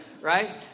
Right